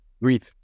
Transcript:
breathe